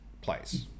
place